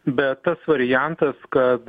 bet tas variantas kad